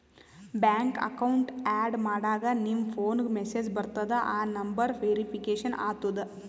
bank account add ಮಾಡಾಗ್ ನಿಮ್ ಫೋನ್ಗ ಮೆಸೇಜ್ ಬರ್ತುದ್ ಆ ನಂಬರ್ ವೇರಿಫಿಕೇಷನ್ ಆತುದ್